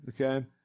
okay